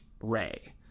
Ray